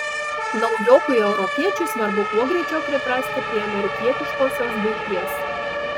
naujokui europiečiui svarbu kuo greičiau priprasti prie amerikietiškosios buities